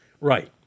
Right